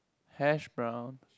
hash brown